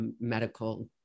medical